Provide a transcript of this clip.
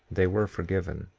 they were forgiven.